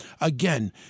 Again